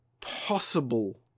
possible